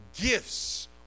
gifts